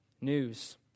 news